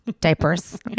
Diapers